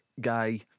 guy